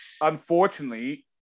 unfortunately